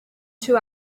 two